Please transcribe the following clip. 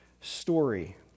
story